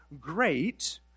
great